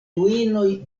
ruinoj